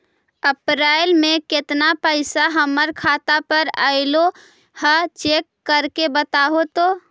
अप्रैल में केतना पैसा हमर खाता पर अएलो है चेक कर के बताहू तो?